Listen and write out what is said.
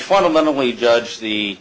fundamentally judge the